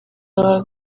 baba